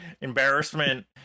embarrassment